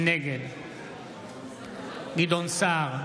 נגד גדעון סער,